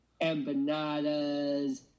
empanadas